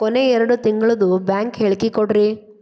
ಕೊನೆ ಎರಡು ತಿಂಗಳದು ಬ್ಯಾಂಕ್ ಹೇಳಕಿ ಕೊಡ್ರಿ